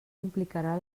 implicarà